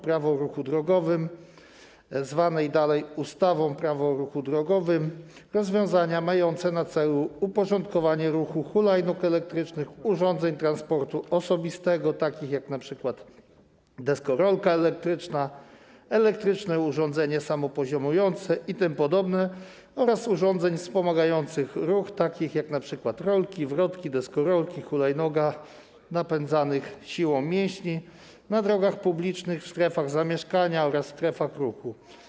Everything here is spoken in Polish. Prawo o ruchu drogowym, zwanej dalej ustawą - Prawo o ruchu drogowym, rozwiązania mające na celu uporządkowanie ruchu hulajnóg elektrycznych, urządzeń transportu osobistego, takich jak np. deskorolka elektryczna, elektryczne urządzenie samopoziomujące itp., oraz urządzeń wspomagających ruch, takich jak np. rolki, wrotki, deskorolki, hulajnoga, napędzanych siłą mięśni, na drogach publicznych, w strefach zamieszkania oraz strefach ruchu.